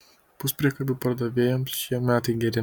puspriekabių pardavėjams šie metai geri